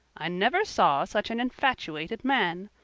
i never saw such an infatuated man.